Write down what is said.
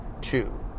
two